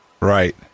Right